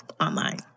online